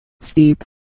steep